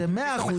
זה 100% נכון.